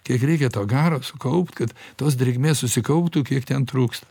kiek reikia to garo sukaupt kad tos drėgmės susikauptų kiek ten trūksta